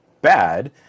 bad